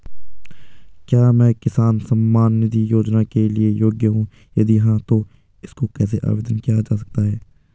क्या मैं किसान सम्मान निधि योजना के लिए योग्य हूँ यदि हाँ तो इसको कैसे आवेदन किया जा सकता है?